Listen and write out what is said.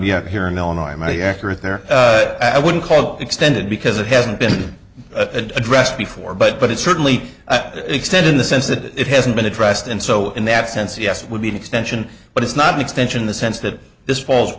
yet here in illinois many accurate there i wouldn't call extended because it hasn't been addressed before but but it's certainly extent in the sense that it hasn't been addressed and so in that sense yes it would be an extension but it's not an extension the sense that this fa